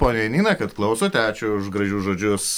ponia janina kad klausote ačiū už gražius žodžius